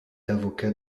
avocat